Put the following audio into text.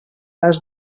les